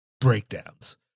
breakdowns